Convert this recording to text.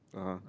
(uh huh)